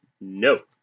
No